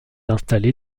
installé